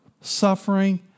suffering